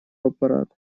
аппарат